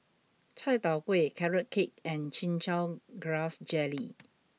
Chai Tow Kway Carrot Cake and Chin Chow Grass Jelly